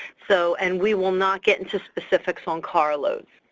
so and we will not get into specifics on carloads.